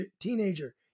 teenager